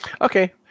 Okay